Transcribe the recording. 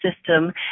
system